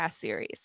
series